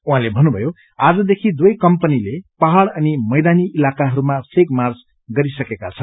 उहाँले भन्नुभयो आजदेखि दुवै कम्पनीले पहाड़ अनि मैदानी इलाकाहरूमा पलैग मार्च गरीसकेका छन्